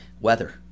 weather